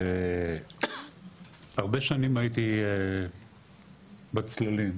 הרבה שנים הייתי בצללים.